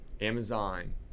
Amazon